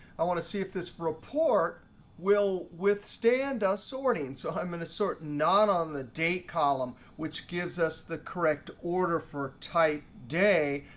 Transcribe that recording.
i want to see if this report will withstand us sorting. so i'm going to sort not on the date column, which gives us the correct order for type day,